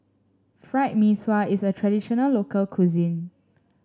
Fried Mee Sua is a traditional local cuisine